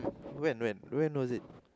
when when when was it